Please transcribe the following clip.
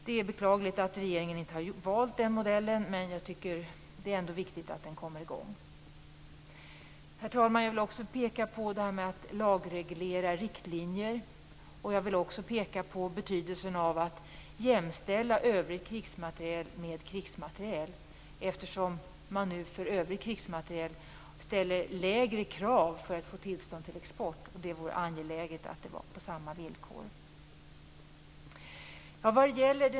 Det är beklagligt att regeringen inte har valt den modellen, men det är ändå angeläget att utredningen kommer i gång. Herr talman! Jag vill också ta upp detta med att lagreglera riktlinjer och betydelsen av att jämställa övrig krigsmateriel med krigsmateriel, eftersom man nu för övrig krigsmateriel ställer lägre krav för att medge tillstånd till export. Det är angeläget att det råder samma villkor.